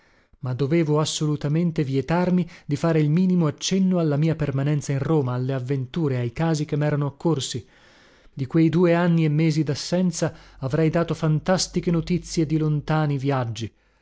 ma dovevo assolutamente vietarmi di fare il minimo accenno alla mia permanenza in roma alle avventure ai casi che merano occorsi di quei due anni e mesi dassenza avrei dato fantastiche notizie di lontani viaggi